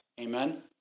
Amen